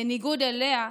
בניגוד אליה,